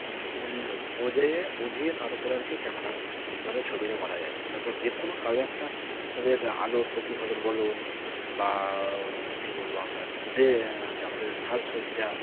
মানে বোঝে বুঝিয়ে তার উপরে আর কি ক্যামেরা ভাবে ছবিটা করা যায় দেখুন এর উপর যে কোনো কালে একটা তাদের আলোর প্রতিফলন বলুন বা কী বলব আপনার ডে আমাদের সাজসজ্জা